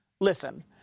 listen